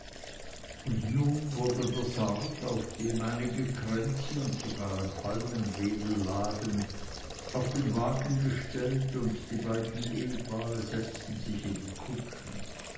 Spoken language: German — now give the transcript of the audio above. und nun wurde der sarg auf dem einige kränze und sogar ein palmwedel lagen auf den wagen gestellt und die beiden ehepaare setzten sich in die kutschen